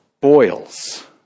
boils